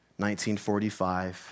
1945